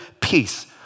peace